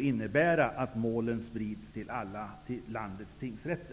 innebärande att målen sprids till landets alla tingsrätter.